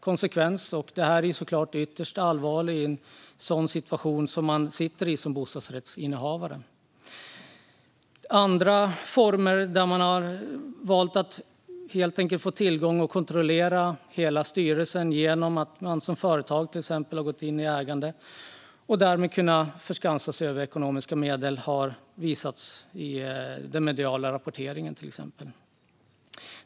Detta är förstås en ytterst allvarlig situation för en bostadsrättsinnehavare. En annan form är att ett företag köper in sig i föreningen, tar kontroll över styrelsen och därmed tillskansar sig ekonomiska medel. Detta har uppmärksammats av medierna.